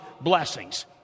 blessings